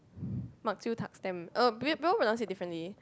bak chew tak stamp uh people people pronounce it differently